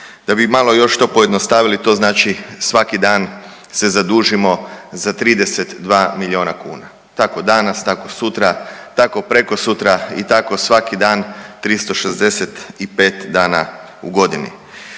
Da bi malo još to pojednostavili to znači svaki dan se zadužimo za 32 miliona kuna. Tako danas, tako sutra, tako prekosutra i tako svaki dan 365 dana u godini.